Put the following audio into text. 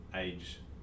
age